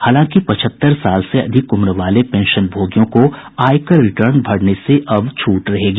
हालांकि पचहत्तर साल से अधिक उम्र वाले पेंशनभोगियों को आयकर रिटर्न भरने से अब छूट रहेगी